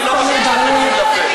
אני לא מכניס לך מילים לפה.